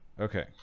Okay